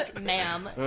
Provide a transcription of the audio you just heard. Ma'am